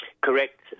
Correct